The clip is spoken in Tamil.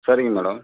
சரிங்க மேடம்